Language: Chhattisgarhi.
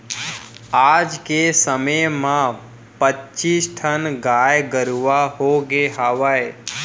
आज के समे म पच्चीस ठन गाय गरूवा होगे हवय